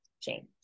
change